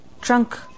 trunk